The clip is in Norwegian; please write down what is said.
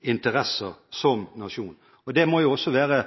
interesser som nasjon. Og det må også være